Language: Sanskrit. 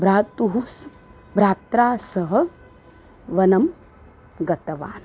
भ्रातुः स् भ्रात्रा सह वनं गतवान्